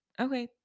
Okay